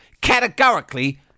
categorically